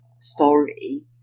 story